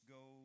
go